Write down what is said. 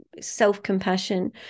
self-compassion